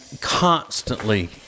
constantly